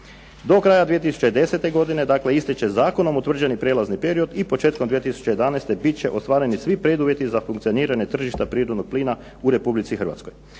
Do kraja 2010. godine dakle ističe zakonom utvrđeni prijelazni period i početkom 2011. bit će ostvareni svi preduvjeti za funkcioniranje tržišta prirodnog plina u Republici Hrvatskoj.